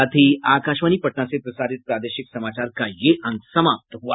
इसके साथ ही आकाशवाणी पटना से प्रसारित प्रादेशिक समाचार का ये अंक समाप्त हुआ